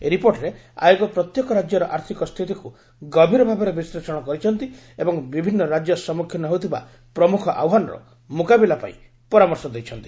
ଏହି ରିପୋର୍ଟରେ ଆୟୋଗ ପ୍ରତ୍ୟେକ ରାଜ୍ୟର ଆର୍ଥ୍ୟକ ସ୍ଥିତିକୁ ଗଭୀର ଭାବରେ ବିଶ୍ଳେଷଣ କରିଛନ୍ତି ଏବଂ ବିଭିନ୍ନ ରାଜ୍ୟ ସମ୍ମୁଖୀନ ହେଉଥିବା ପ୍ରମୁଖ ଆହ୍ୱାନର ମୁକାବିଲା ପାଇଁ ପରାମର୍ଶ ଦେଇଛନ୍ତି